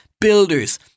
Builders